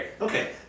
Okay